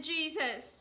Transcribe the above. Jesus